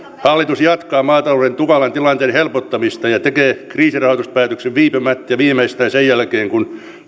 hallitus jatkaa maatalouden tukalan tilanteen helpottamista ja tekee kriisirahoituspäätöksen viipymättä ja viimeistään sen jälkeen kun